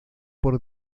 por